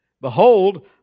behold